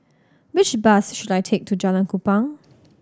which bus should I take to Jalan Kupang